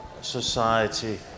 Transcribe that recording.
society